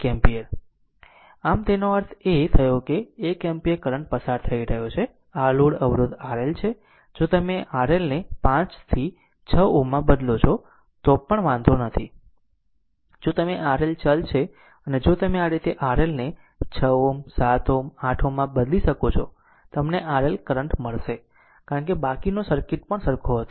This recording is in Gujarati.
આમ કે તમે આનો અર્થ એ થયો કે 1 એમ્પીયર કરંટ પસાર થઈ રહ્યો છે આ લોડ અવરોધ RL છે જો તમે RLને 5 Ω થી 6 to માં બદલો તો પણ વાંધો નથી જો તમે RL ચલ છે અને જો તમે આ રીતે RLને 6 Ω 7 Ω 8 Ω માં બદલી શકો છો તમને RL કરંટ મળશે કારણ કે બાકીનો સર્કિટ પણ સરખો હતો